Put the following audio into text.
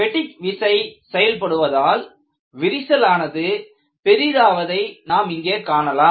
பெட்டிக் விசை செயல்படுவதால் விரிசலானது பெரிதாவதை நாம் இங்கே காணலாம்